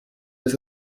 was